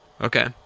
Okay